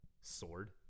Sword